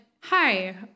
hi